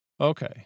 Okay